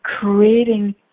creating